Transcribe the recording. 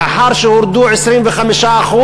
לאחר שהורדו 25%,